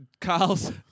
Carl's